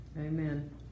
Amen